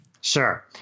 Sure